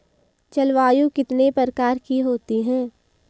जलवायु कितने प्रकार की होती हैं?